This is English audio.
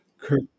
Kirk